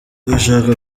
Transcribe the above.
bashaka